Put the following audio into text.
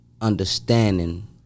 understanding